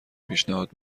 پیشنهاد